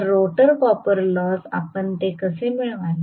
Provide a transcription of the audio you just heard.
तर rotor copper loss आपण ते कसे मिळवाल